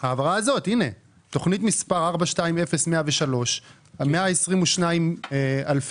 הנה, תוכנית מס' 42-0103, 122,000 ש"ח.